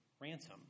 ransom